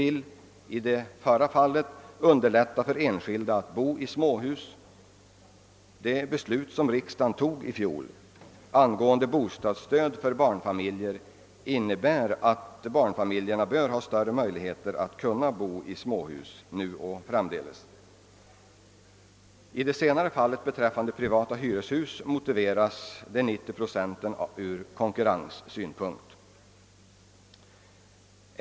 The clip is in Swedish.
I det förra fallet vill vi tinderlätta för enskilda att bo 'i' småhus. Det beslut som riksdagen i' fjol fattade angående 'bostådsstöd för Barnfamiljer innebär att barnfamiljernå bör ges större möjligheter att' bo i småhus nu och fram ler privata hyreshus, motiveras de' 90 procenten: av konkurrensförhållanden.